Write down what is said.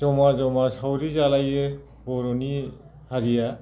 ज'मा ज'मा सावरि जालायो बर'नि हारिया